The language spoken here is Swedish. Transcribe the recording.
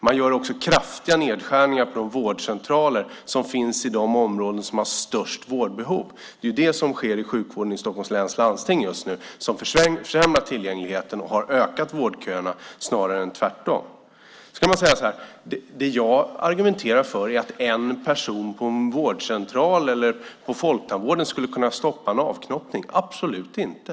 Man gör också kraftiga nedskärningar på de vårdcentraler som finns i de områden som har störst vårdbehov. Det är det som sker i sjukvården i Stockholms läns landsting just nu och som har försämrat tillgängligheten och ökat vårdköerna, snarare än tvärtom. Då säger man att det jag argumenterar för är att en person på en vårdcentral eller på folktandvården skulle kunna stoppa en avknoppning. Absolut inte!